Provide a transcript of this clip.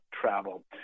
travel